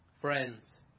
Friends